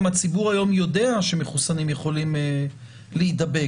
הציבור היום יודע שמחוסנים יכולים להידבק.